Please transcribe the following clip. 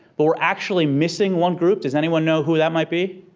but we're actually missing one group. does anyone know who that might be?